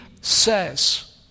says